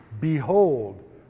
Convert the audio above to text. Behold